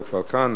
הוא כבר כאן,